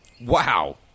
Wow